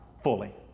Fully